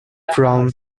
from